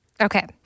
Okay